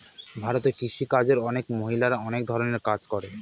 ভারতে কৃষি কাজে অনেক মহিলারা অনেক ধরনের কাজ করে